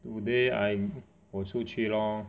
today I'm 我出去 lor